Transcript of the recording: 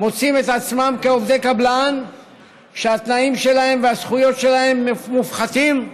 ומוצאים את עצמם כעובדי קבלן שהתנאים שלהם והזכויות שלהם מופחתים.